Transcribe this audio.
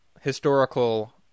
historical